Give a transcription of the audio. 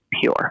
pure